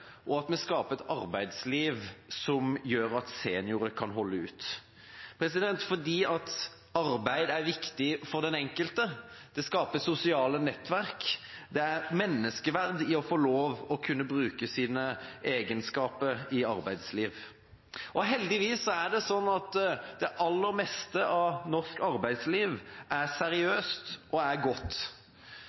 den enkelte, det skaper sosiale nettverk, det er menneskeverd i å få lov å bruke sine egenskaper i arbeidslivet. Heldigvis er det sånn at det aller meste av norsk arbeidsliv er seriøst og godt. Så er det noen deler av arbeidslivet som er useriøst og som ikke er godt